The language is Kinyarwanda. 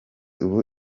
ubu